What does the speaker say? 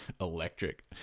electric